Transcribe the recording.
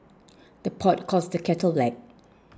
the pot calls the kettle black